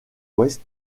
ouest